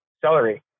celery